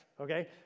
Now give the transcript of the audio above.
okay